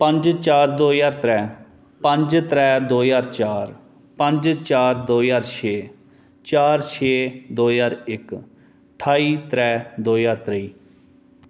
पंज चार दो ज्हार त्रैऽ पंज त्रैऽ दो ज्हार चार पंज चार दो ज्हार छे चार छे दो ज्हार इक ठाई त्रैऽ दो ज्हार त्रेई